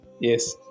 Yes